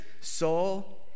soul